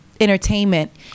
entertainment